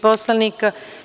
poslanika.